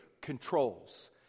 controls